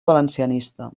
valencianista